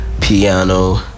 piano